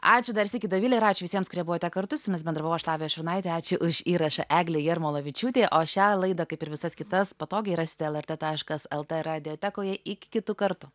ačiū dar sykį dovile ir ačiū visiems kurie buvote kartu su jumis bendravau aš lavija šurnaitė ačiū už įrašą eglei jarmolavičiūtei o šią laidą kaip ir visas kitas patogiai rasite lrt taškas lt radiotekoje iki kitų kartų